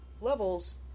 levels